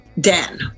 den